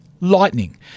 Lightning